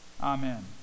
Amen